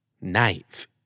knife